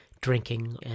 drinking